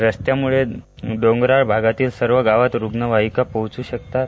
रस्त्यामुळे डोगराळभागातील सर्व गावांमध्ये रुग्णवाहिका पोहचू शकतात